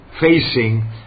facing